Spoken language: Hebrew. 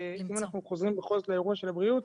אם אנחנו חוזרים בכל זאת לאירוע של הבריאות,